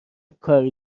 کاری